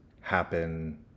happen